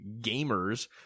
gamers